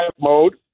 mode